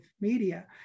media